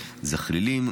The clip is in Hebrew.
זחלילים,